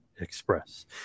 express